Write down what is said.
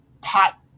pot